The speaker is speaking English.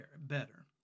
better